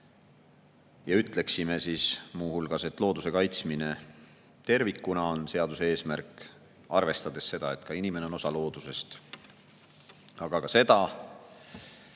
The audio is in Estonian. ja ütleksime muu hulgas, et looduse kaitsmine tervikuna on seaduse eesmärk, arvestades seda, et ka inimene on osa loodusest, aga ka seda,